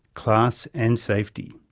class and safety.